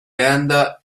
tenda